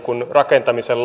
rakentamisen